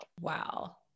Wow